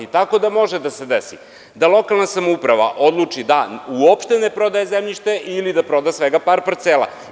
Tako da može da se desi da lokalna samouprava odluči da uopšte ne prodaje zemljište ili da proda svega par parcela.